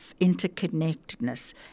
interconnectedness